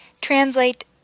Translate